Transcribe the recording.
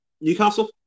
Newcastle